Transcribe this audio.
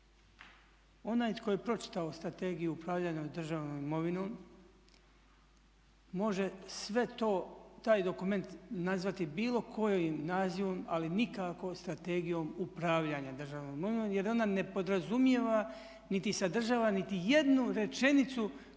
Onaj tko je pročitao Strategiju upravljanja državnom imovinom može sve to, taj dokument nazvati bilo kojim nazivom ali nikako Strategijom upravljanja državnom imovinom jer ona ne podrazumijeva, niti sadržava niti jednu rečenicu